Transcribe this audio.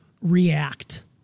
react